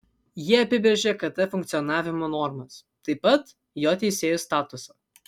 jie apibrėžia kt funkcionavimo normas taip pat jo teisėjų statusą